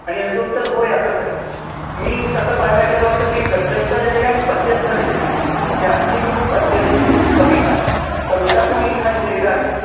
आणि याचं उत्तर हो असच आहे मी तसं पाहायला गेलो तर मी गद्यसुद्धा लिहीलेलं आहे आणि पद्यसुद्धा लिहिलेलं आहे जास्ती करून पद्य लिहिलय कविता कवितातनं मी लिखाण केलेला आहे